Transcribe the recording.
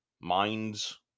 Minds